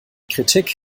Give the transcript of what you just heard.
kritik